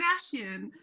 Kardashian